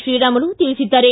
ಶ್ರೀರಾಮುಲು ತಿಳಿಸಿದ್ದಾರೆ